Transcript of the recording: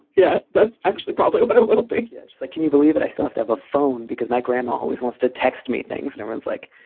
yeah, that's actually probably but a little bit yeah like, can you believe it. i sluffed have a phone because my grandma always wants to text me things no one's like,